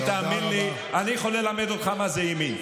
תאמין לי, אני יכול ללמד אותך מה זה ימין.